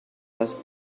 ask